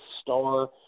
star